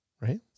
right